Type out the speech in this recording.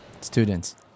Students